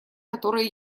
которые